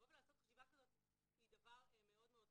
לבוא ולעשות חשיבה כזאת זה דבר מאוד מאוד חשוב.